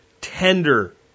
tender